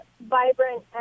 vibrant